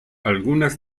algunas